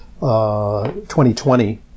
2020